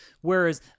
whereas